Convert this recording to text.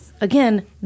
again